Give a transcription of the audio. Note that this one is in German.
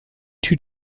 die